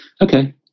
okay